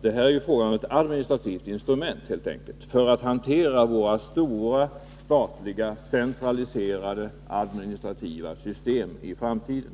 Det är helt enkelt fråga om ett administrativt instrument för att hantera våra stora statliga centraliserade administrativa system i framtiden.